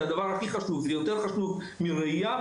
זה יותר חשוב מרעייה,